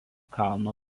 kalno